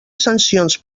sancions